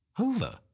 Over